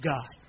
God